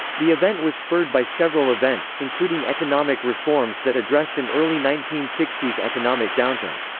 the event was spurred by several events, including economic reforms that addressed an early nineteen sixty s economic downturn.